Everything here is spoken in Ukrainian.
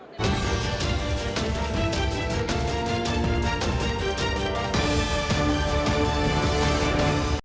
Дякую.